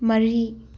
ꯃꯔꯤ